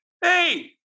hey